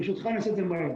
ברשותך, אני אעשה את זה מהר.